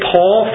Paul